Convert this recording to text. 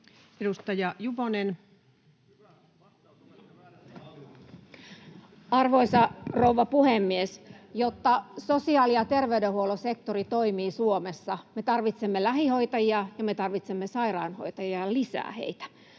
Edustaja Juvonen. Arvoisa rouva puhemies! Jotta sosiaali- ja terveydenhuollon sektori toimii Suomessa, me tarvitsemme lähihoitajia ja me tarvitsemme sairaanhoitajia ja lisää heitä.